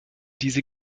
diese